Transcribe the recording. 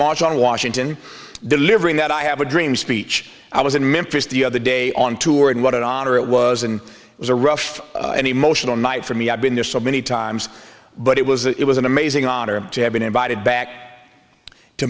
march on washington delivering that i have a dream speech i was in memphis the other day on tour and what an honor it was and it was a rough and emotional night for me i've been there so many times but it was it was an amazing honor to have been invited back to